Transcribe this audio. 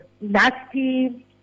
nasty